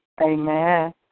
Amen